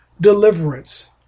deliverance